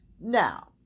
Now